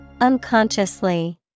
Unconsciously